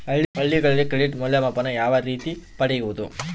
ಹಳ್ಳಿಗಳಲ್ಲಿ ಕ್ರೆಡಿಟ್ ಮೌಲ್ಯಮಾಪನ ಯಾವ ರೇತಿ ಪಡೆಯುವುದು?